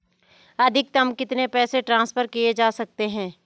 अधिकतम कितने पैसे ट्रांसफर किये जा सकते हैं?